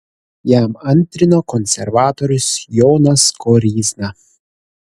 jam antrino konservatorius jonas koryzna